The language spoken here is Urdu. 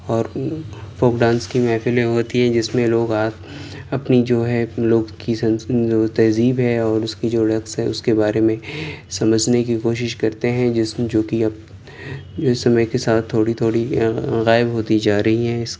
اور فوک ڈانس کی محفلیں ہوتی ہیں جس میں لوگ آ اپنی جو ہے لوک کی تہذیب ہے اور اس کی جو رقص ہے اس کے بارے میں سمجھنے کی کوشش کرتے ہیں جس میں جو کہ اب جو سمے کے ساتھ تھوڑی تھوڑی غائب ہوتی جا رہی ہیں